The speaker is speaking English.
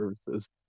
Services